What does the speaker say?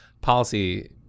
policy